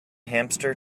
hamster